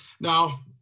Now